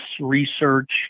research